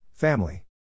Family